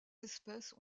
espèces